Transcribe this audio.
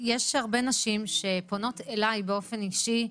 נשים שפונות אליי באופן אישי,